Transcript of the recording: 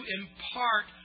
impart